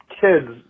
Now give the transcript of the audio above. kids